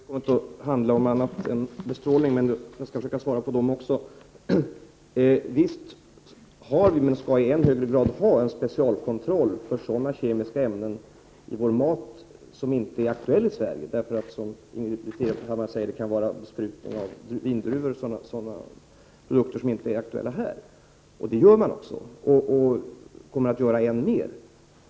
Herr talman! Jag trodde inte att diskussionen skulle handla om annat än bestrålning. Jag skall emellertid försöka svara på de andra frågorna också. Visst har vi, men skall i än högre grad ha, en specialkontroll av kemiska ämnen i vår mat. Det gäller sådana ämnen som inte är aktuella i Sverige eftersom de — som Ingbritt Irhammar säger — kan härröra t.ex. från besprutning av vindruvor och andra produkter som inte finns här. En sådan kontroll görs, och den kommer att utökas.